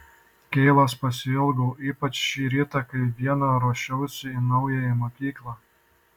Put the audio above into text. keilos pasiilgau ypač šį rytą kai viena ruošiausi į naująją mokyklą